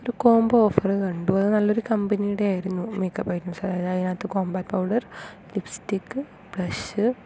ഒരു combo offer കണ്ടു അതൊരു നല്ല കമ്പനിയുടെ ആയിരുന്നു മെയ്ക്കപ്പ് ഐറ്റംസ് അതായത് അതിനകത്ത് കോംപാക്ട് പൗഡർ ലിപ്സ്റ്റിക്ക് ബ്ലഷ്